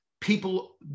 people